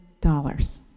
dollars